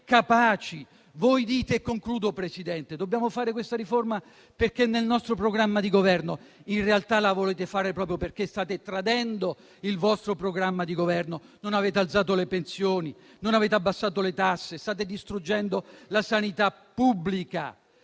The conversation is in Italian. ne siete capaci. Voi dite: dobbiamo fare questa riforma perché è nel nostro programma di governo: in realtà la volete fare proprio perché state tradendo il vostro programma di governo. Non avete alzato le pensioni, non avete abbassato le tasse, state distruggendo la sanità pubblica.